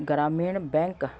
Gramin bank